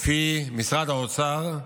לפי משרד האוצר,